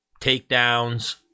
takedowns